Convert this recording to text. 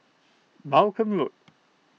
Malcolm Road